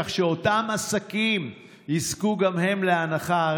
כך שאותם עסקים יזכו גם כן להנחה?